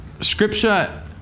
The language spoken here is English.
Scripture